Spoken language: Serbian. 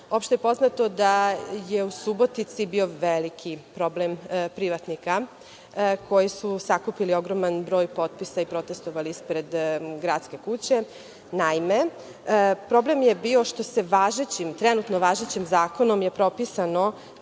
Opšte je poznato da je u Subotici bio veliki problem privatnika koji su sakupili ogroman broj potpisa i protestvovali ispred Gradske kuće. Naime, problem je bio što se trenutno važećim zakonom je propisano